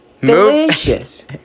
delicious